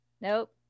Nope